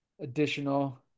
additional